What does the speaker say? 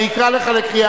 אני אקרא אותך לסדר.